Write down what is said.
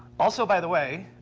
also, by the way,